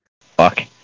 Fuck